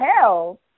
hell